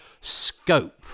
scope